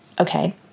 Okay